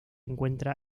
encuentra